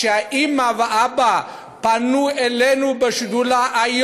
שהאימא והאבא פנו אלינו בשדולה,